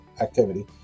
activity